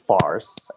farce